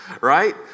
right